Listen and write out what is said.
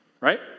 Right